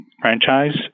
franchise